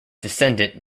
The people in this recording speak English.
descendant